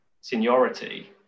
seniority